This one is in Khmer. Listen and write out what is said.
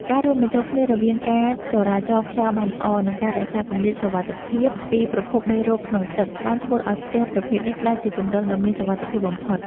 ការរួមបញ្ចូលគ្នារវាងការចរាចរខ្យល់បានល្អ និងការរក្សាគម្លាតសុវត្ថិភាពពីប្រភពមេរោគក្នុងទឹក បានធ្វើឱ្យផ្ទះប្រភេទនេះក្លាយជាជម្រកដ៏មានសុវត្ថិភាពបំផុត។